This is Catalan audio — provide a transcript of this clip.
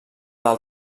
del